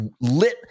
lit